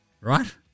Right